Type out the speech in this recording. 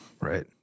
Right